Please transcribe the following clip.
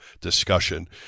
discussion